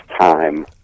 time